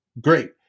Great